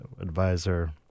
advisor